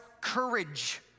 courage